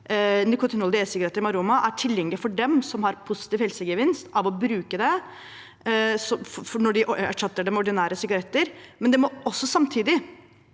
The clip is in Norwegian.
nikotinholdige e-sigaretter med aroma er tilgjengelig for dem som har positiv helsegevinst av å bruke dem som erstatning for ordinære sigaretter, men de må samtidig